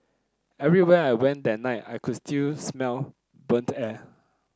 everywhere I went that night I could still smell burnt air